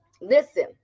Listen